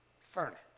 furnace